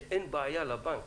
שאין בעיה לבנק